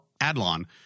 Adlon